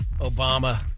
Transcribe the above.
Obama